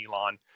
Elon